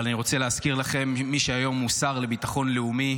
אבל אני רוצה להזכיר לכם: מי שהיום הוא שר לביטחון לאומי,